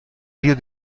rio